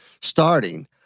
starting